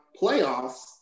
Playoffs